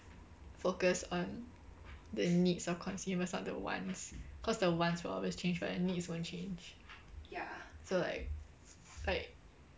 focus on the needs of consumers not the wants cause the wants will always change but the needs won't change so like like